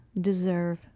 deserve